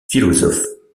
philosophe